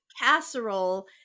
casserole